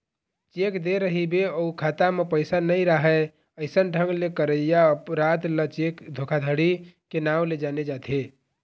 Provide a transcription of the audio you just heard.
cheque दे रहिबे अउ खाता म पइसा नइ राहय अइसन ढंग ले करइया अपराध ल चेक धोखाघड़ी के नांव ले जाने जाथे